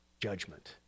judgment